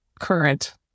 current